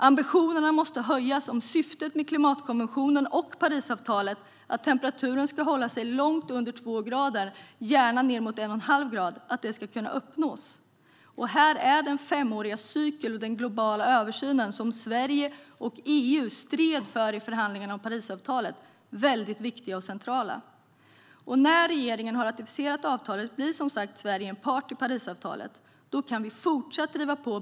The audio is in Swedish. Ambitionerna måste höjas om syftet med klimatkonventionen och Parisavtalet, att temperaturökningen ska hålla sig långt under två grader, gärna ned mot en och en halv grad, ska kunna uppnås. Här är den femåriga cykeln och den globala översynen, som Sverige och EU stred för i förhandlingarna om Parisavtalet, väldigt viktiga och centrala. När regeringen har ratificerat avtalet blir som sagt Sverige en part i Parisavtalet. Då kan vi fortsätta att driva på.